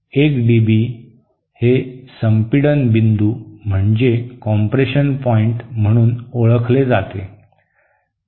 1 dB हे संपीडन बिंदू म्हणजे कॉम्प्रेशन पॉईंट म्हणून ओळखले जाते